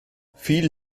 viel